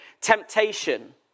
temptation